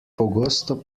pogosto